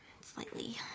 slightly